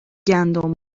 گندم